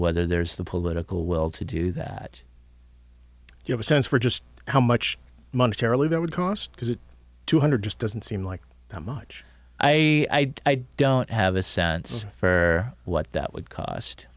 whether there's the political will to do that you have a sense for just how much money terribly that would cost because it two hundred just doesn't seem like how much i don't have a sense for what that would cost